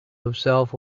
himself